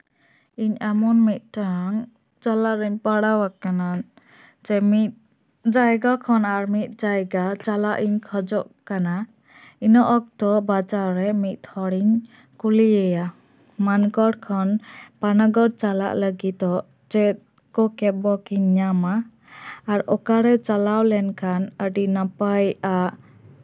ᱤᱧ ᱮᱢᱚᱱ ᱢᱤᱫᱴᱮᱱ ᱡᱟᱞᱟᱨᱤᱧ ᱯᱟᱲᱟᱣ ᱟᱠᱟᱱᱟ ᱡᱮ ᱢᱤᱫ ᱡᱟᱭᱜᱟ ᱠᱷᱚᱱ ᱟᱨ ᱢᱤᱫ ᱡᱟᱭᱜᱟ ᱪᱟᱞᱟᱜ ᱤᱧ ᱠᱷᱚᱡᱚᱜ ᱠᱟᱱᱟ ᱤᱱᱟᱹ ᱚᱠᱛᱚ ᱵᱟᱡᱟᱨ ᱨᱮ ᱢᱤᱫ ᱦᱚᱲᱤᱧ ᱠᱩᱞᱤᱭᱮᱭᱟ ᱢᱟᱱᱠᱚᱲ ᱠᱷᱚᱱ ᱯᱟᱱᱟᱜᱚᱲ ᱪᱟᱞᱟᱜ ᱞᱟᱹᱜᱤᱫ ᱪᱮᱫ ᱠᱚ ᱠᱮᱵᱽ ᱵᱩᱠ ᱤᱧ ᱧᱟᱢᱟ ᱟᱨ ᱚᱠᱟᱨᱮ ᱪᱟᱞᱟᱣ ᱞᱮᱱᱠᱷᱟᱱ ᱟᱹᱰᱤ ᱱᱟᱯᱟᱭᱚᱼᱟ